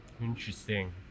interesting